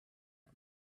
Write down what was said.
him